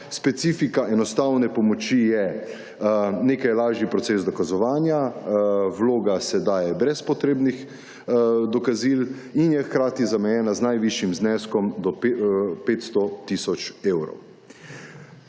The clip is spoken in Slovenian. Specifika enostavne pomoči je, nekaj je lažji proces dokazovanja, vloga se daje brez potrebnih dokazil in je hkrati zamejena z najvišjim zneskom do 500 tisoč evrov.